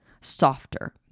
Softer